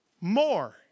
more